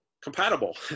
compatible